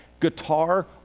guitar